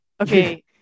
Okay